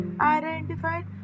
identified